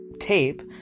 tape